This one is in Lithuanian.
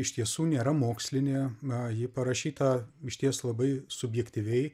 iš tiesų nėra mokslinė a ji parašyta išties labai subjektyviai